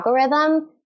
algorithm